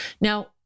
Now